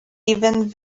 even